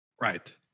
Right